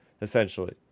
Essentially